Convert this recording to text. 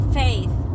faith